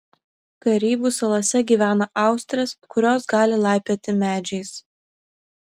karibų salose gyvena austrės kurios gali laipioti medžiais